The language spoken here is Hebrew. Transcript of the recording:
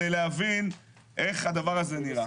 להבין איך הדבר הזה נראה.